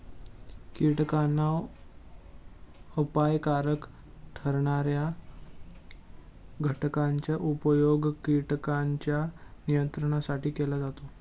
कीटकांना अपायकारक ठरणार्या घटकांचा उपयोग कीटकांच्या नियंत्रणासाठी केला जातो